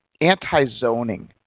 anti-zoning